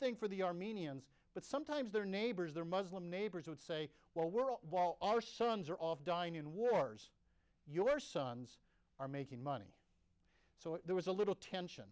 thing for the armenians but sometimes their neighbors their muslim neighbors would say well we're all while our sons are dying in wars your sons are making money so there was a little tension